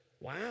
Wow